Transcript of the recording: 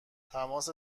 تماس